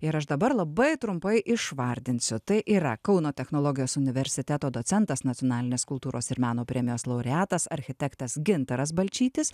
ir aš dabar labai trumpai išvardinsiu tai yra kauno technologijos universiteto docentas nacionalinės kultūros ir meno premijos laureatas architektas gintaras balčytis